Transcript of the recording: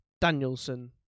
Danielson